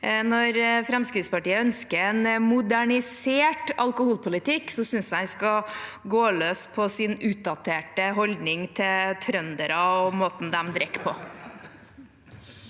Når Fremskrittspartiet ønsker en modernisert alkoholpolitikk, syns jeg han skal gå løs på sin utdaterte holdning til trøndere og måten de drikker på.